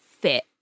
fit